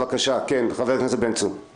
חבר הכנסת בן-צור, בבקשה.